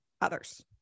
others